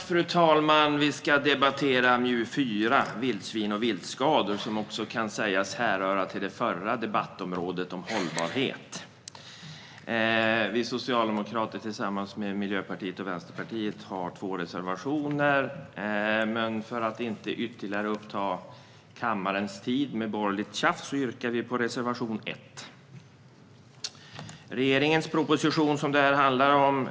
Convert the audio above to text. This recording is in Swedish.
Fru talman! Vi ska debattera betänkande MJU4 om vildsvin och viltskador. Det kan också hänföras till den förra debatten om hållbarhet. Vi socialdemokrater har tillsammans med Miljöpartiet och Vänsterpartiet två reservationer. Men för att inte uppta kammarens tid med ytterligare borgerligt tjafs yrkar vi bifall endast till reservation 1.